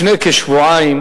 שלפני כשבועיים